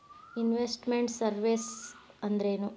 Invest made services ಅಂದ್ರೇನು?